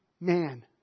man